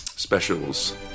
Specials